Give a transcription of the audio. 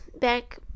back